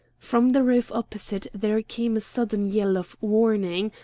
from the roof opposite there came a sudden yell of warning,